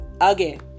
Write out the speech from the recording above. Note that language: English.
again